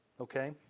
Okay